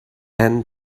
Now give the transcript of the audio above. and